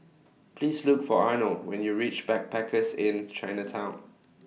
Please Look For Arnold when YOU REACH Backpackers Inn Chinatown